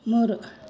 ಮೂರು